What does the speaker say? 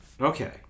Okay